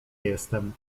jestem